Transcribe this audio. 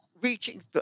reaching